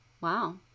wow